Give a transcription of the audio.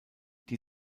die